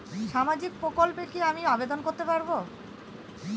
সামাজিক প্রকল্পে কি আমি আবেদন করতে পারবো?